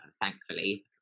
Thankfully